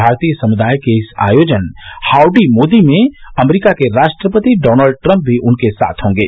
भारतीय समुदाय के इस आयोजन हाउडी मोदी में अमरीका के राष्ट्रपति डॉनल्ड ट्रम्प भी उनके साथ होंगे